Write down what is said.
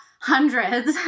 hundreds